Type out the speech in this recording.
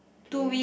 K